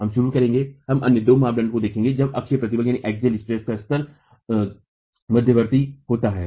हम शुरू करेंगे हम अन्य दो मानदंडों को देखेंगे जब अक्षीय प्रतिबल का स्तर मध्यवर्ती होता है